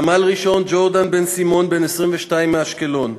סמל-ראשון ג'ורדן בן-סימון, בן 22, מאשקלון,